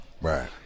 Right